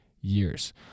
years